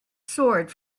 sword